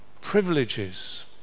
privileges